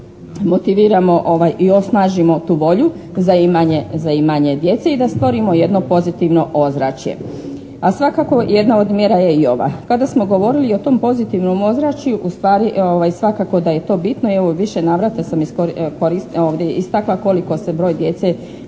da motiviramo i osnažimo tu volju za imanje djece i da stvorimo jedno pozitivno ozračje. A svakako jedna od mjera je i ova. Kada smo govorili o tom pozitivnom ozračju ustvari evo, svakako da je to bitno i u više navrata sam ovdje istakla koliko se broj djece, koliko